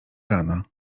rana